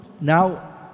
Now